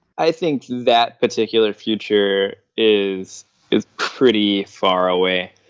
i think that particular future is is pretty far away.